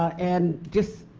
and just